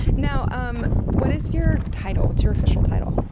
now, um what is your title? what's your official title?